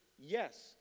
yes